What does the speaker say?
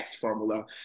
formula